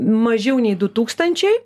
mažiau nei du tūkstančiai